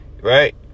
right